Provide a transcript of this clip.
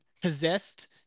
possessed